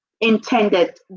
intended